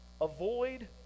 avoid